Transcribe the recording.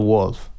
Wolf